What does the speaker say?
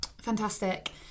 Fantastic